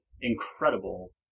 incredible